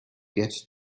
get